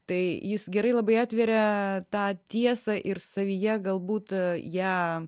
tai jis gerai labai atveria tą tiesą ir savyje galbūt ją